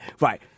right